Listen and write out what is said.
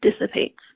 dissipates